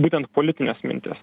būtent politines mintis